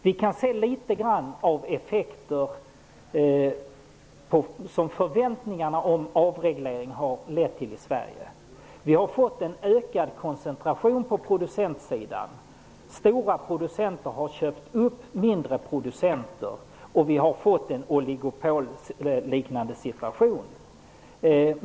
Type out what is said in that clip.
Vi kan se litet grand av de effekter som förväntningarna på en avreglering har lett till i Sverige. Vi har fått en ökad koncentration på producentsidan. Stora producenter har köpt upp mindre producenter, och vi har fått en oligopolliknande situation.